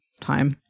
time